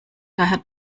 daher